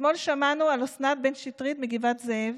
אתמול שמענו על אסנת בן שטרית מגבעת זאב,